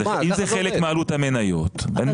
אם זה חלק מעלות המניות, אין בעיה.